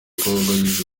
ukabije